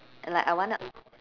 and like I want a